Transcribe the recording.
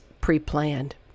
pre-planned